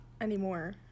anymore